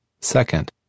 Second